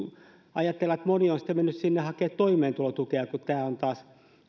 että moni on sitten mennyt sinne hakemaan toimeentulotukea kun tämä on taas